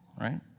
right